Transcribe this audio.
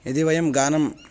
यदि वयं गानं